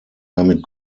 damit